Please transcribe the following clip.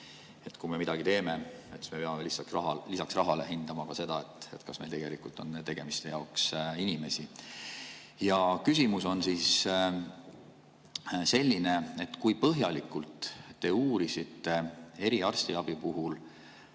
kui me midagi teeme, siis me peame lisaks rahale hindama ka seda, kas meil tegelikult on inimesi. Ja küsimus on selline. Kui põhjalikult te uurisite eriarstiabi puhul